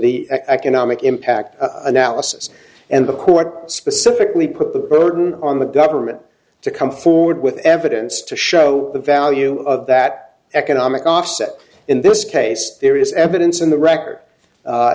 the economic impact analysis and the court specifically put the burden on the government to come forward with evidence to show the value of that economic offset in this case there is evidence in the record